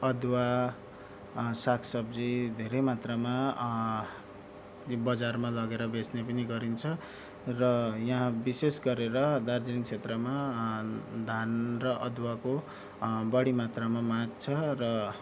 अदुवा सागसब्जी धेरै मात्रामा त्यो बजारमा लगेर बेच्ने पनि गरिन्छ र यहाँ विशेष गरेर दार्जिलिङ क्षेत्रमा धान र अदुवाको बढी मात्रामा माग छ र